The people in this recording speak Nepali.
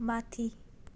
माथि